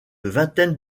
vingtaine